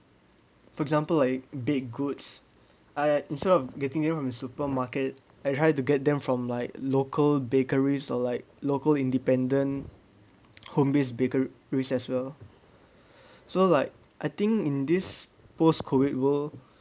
for example like baked goods I instead of getting them from supermarket I try to get them from like local bakeries or like local independent home-based bakeries as well so like I think in this post-COVID world